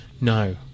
No